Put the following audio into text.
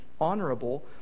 honorable